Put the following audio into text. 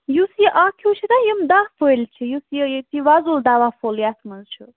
یُس یہِ اَکھ ہِیٛوٗ چھُِا یِم دَہ فٔلۍ چھِ یُس یہِ وۅزُل دوا فول یتھ منٛز چھُ